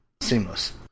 seamless